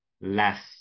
less